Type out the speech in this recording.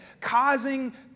Causing